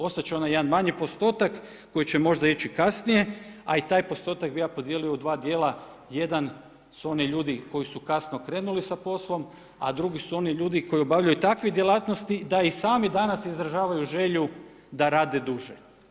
Ostat će onaj jedan manji postotak koji će možda ići kasnije a i taj postotak bi ja podijelio u dva djela, jedan su oni ljudi koji su kasno krenuli sa poslom a drugi su oni ljudi koji obavljaju takve djelatnosti da i sami danas izražavaju želju da rade duže.